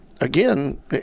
again